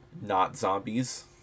not-zombies